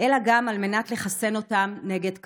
אלא גם על מנת לחסן אותם נגד כלבת.